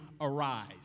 arise